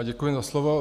Děkuji za slovo.